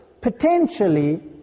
potentially